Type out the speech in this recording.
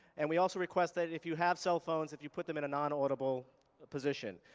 and we also request that if you have cell phones, if you put them in a non-audible position.